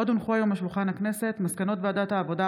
עוד הונחו היום על שולחן הכנסת מסקנות ועדת העבודה,